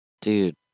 dude